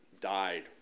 died